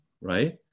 right